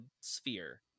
sphere